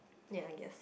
ya I guess